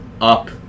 up